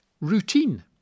routine